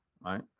Right